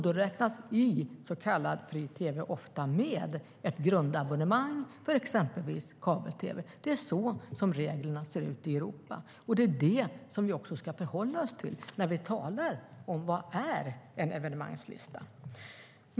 Då räknas det i så kallad fri tv ofta in ett grundabonnemang för exempelvis kabel-tv. Det är så reglerna ser ut i Europa, och det är det vi ska förhålla oss till när vi talar om vad en evenemangslista är.